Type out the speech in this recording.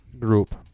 group